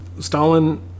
stalin